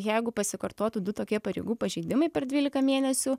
jeigu pasikartotų du tokie pareigų pažeidimai per dvylika mėnesių